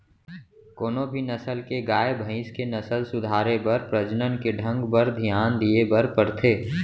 कोनों भी नसल के गाय, भईंस के नसल सुधारे बर प्रजनन के ढंग बर धियान दिये बर परथे